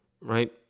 right